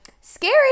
Scary